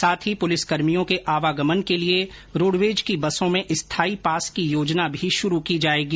साथ ही पुलिसकर्मियों के आवागमन के लिए रोडवेज की बसों में स्थायी पास की योजना भी शुरू की जायेगी